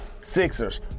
Sixers